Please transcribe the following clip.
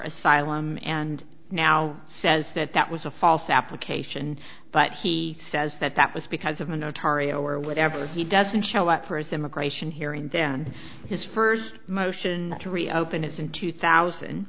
asylum and now says that that was a false application but he says that that was because of an atari or whatever he doesn't show up for his immigration hearing and then his first motion to reopen is in two thousand